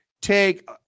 take